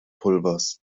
pulvers